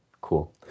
cool